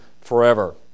forever